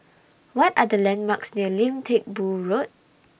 What Are The landmarks near Lim Teck Boo Road